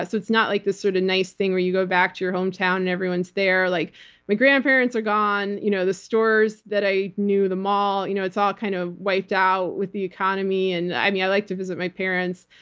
ah so it's not like the sort of nice thing where you go back to your hometown and everyone's there. like my grandparents are gone, you know the stores that i knew, the mall, you know it's all kind of wiped out with the economy. and i yeah like to visit my parents.